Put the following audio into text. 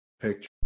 picture